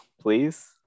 please